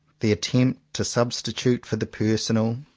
the attempt to sub stitute, for the personal,